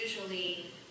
usually